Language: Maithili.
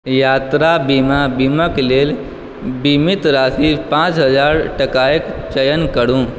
यात्रा बीमाक लेल बीमित राशि पाँच हजार टाकाक चयन करू